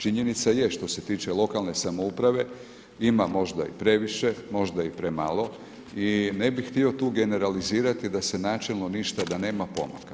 Činjenica je što se tiče lokalne samouprave ima možda i previše, možda i premalo, i ne bi htio tu generalizirati da se načelno ništa, da nema pomaka.